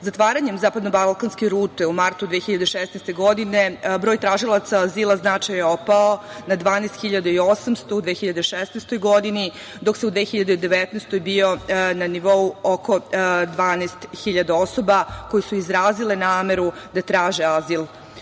godinu. Zatvaranjem Zapadno-balkanske rute u martu 2016. godine, broj tražilaca azila značajno je opao na 12.800 u 2016. godini, dok je u 2019. godini bio na nivou oko 12.000 osoba koji su izrazile nameru da traže